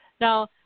now